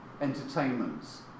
entertainments